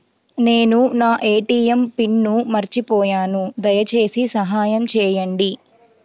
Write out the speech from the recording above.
నేను నా ATM pin మర్చిపోయాను దయచేసి సహాయం చేయండి